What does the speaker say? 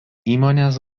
įmonės